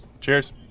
Cheers